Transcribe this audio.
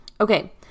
Okay